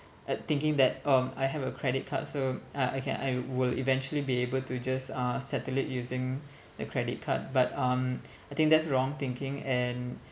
at thinking that um I have a credit card so uh I can I will eventually be able to just uh settle it using the credit card but um I think that's wrong thinking and